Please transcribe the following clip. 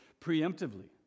preemptively